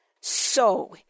So